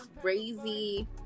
crazy